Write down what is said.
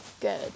good